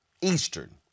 Eastern